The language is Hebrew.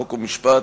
חוק ומשפט,